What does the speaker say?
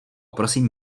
prosím